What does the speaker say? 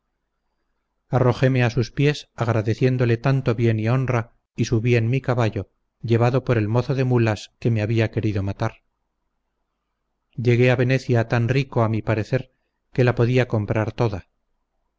arrojéme a sus pies agradeciéndole tanto bien y honra y subí en mi caballo llevado por el mozo de mulas que me había querido matar llegué a venecia tan rico a mi parecer que la podía comprar toda